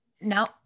no